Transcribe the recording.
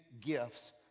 gifts